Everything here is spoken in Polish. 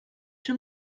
czy